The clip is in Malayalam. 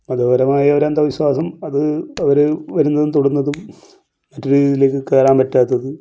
മതപരമായൊരു അന്ധവിശ്വാസം അത് അവർ വരുന്നതും തൊടുന്നതും കയറാൻ പറ്റാത്തതും